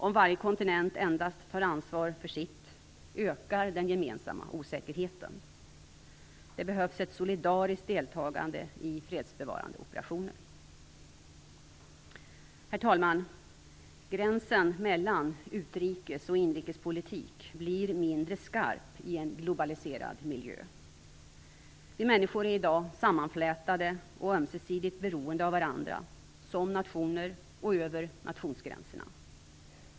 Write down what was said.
Om varje kontinent endast tar ansvar för sitt ökar den gemensamma osäkerheten. Det behövs ett solidariskt deltagande i fredsfrämjande operationer. Herr talman! Gränsen mellan utrikes och inrikespolitik blir mindre skarp i en globaliserad miljö. Vi människor är i dag sammanflätade och ömsesidigt beroende av varandra inom nationer och över nationsgränserna.